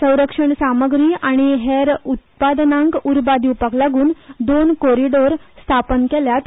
संरक्षण सामग्री आनी हेर उत्पादनांक उर्बा दिवपाक लागून दोन कोरीडोर स्थापन केल्यात